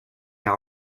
cent